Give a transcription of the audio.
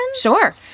Sure